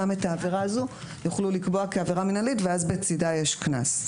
גם את העבירה הזו יוכלו לקבוע כעבירה מינהלית ואז בצידה יש קנס.